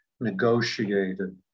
negotiated